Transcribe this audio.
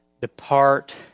depart